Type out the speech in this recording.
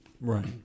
Right